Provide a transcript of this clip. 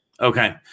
Okay